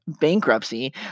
bankruptcy